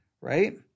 right